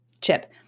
chip